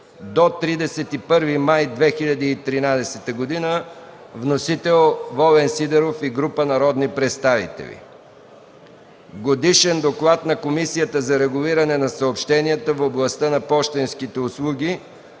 до 31 май 2013 г. Вносител – Волен Сидеров и група народни представители; - Годишен доклад на Комисията за регулиране на съобщенията в областта на пощенските услуги,